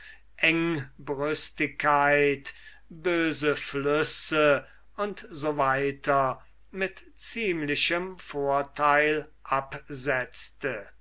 engbrüstigkeit böse flüsse u s w mit ziemlichem vorteil absetzte